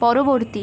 পরবর্তী